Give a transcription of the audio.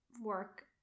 work